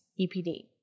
EPD